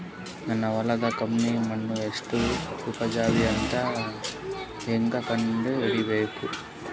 ನನ್ನ ಹೊಲದ ಕರಿ ಮಣ್ಣು ಎಷ್ಟು ಉಪಜಾವಿ ಅದ ಅಂತ ಹೇಂಗ ಕಂಡ ಹಿಡಿಬೇಕು?